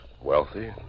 Wealthy